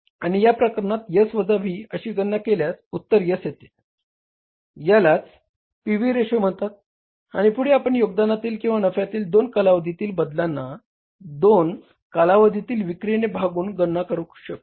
आणि या प्रकरणात S वजा V अशी गणना केल्यास उत्तर S येते यालाच पीव्ही रेशो म्हणतात आणि पुढे आपण योगदानातील किंवा नफ्यातील दोन कालावधीतील बदलांना दोन कालावधीतील विक्रीने भागून गणना करू शकतो